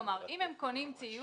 כלומר: אם הם קונים ציוד,